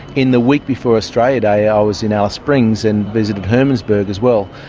in the week before australia day i ah was in alice springs and visited hermannsburg as well,